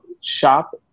shop